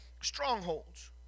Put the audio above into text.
strongholds